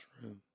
True